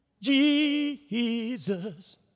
Jesus